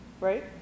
right